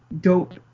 dope